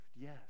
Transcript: yes